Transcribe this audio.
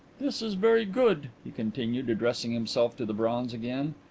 this is very good, he continued, addressing himself to the bronze again.